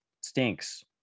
Stinks